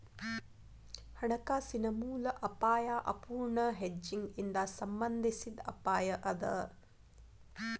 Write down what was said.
ಹಣಕಾಸಿನ ಮೂಲ ಅಪಾಯಾ ಅಪೂರ್ಣ ಹೆಡ್ಜಿಂಗ್ ಇಂದಾ ಸಂಬಂಧಿಸಿದ್ ಅಪಾಯ ಅದ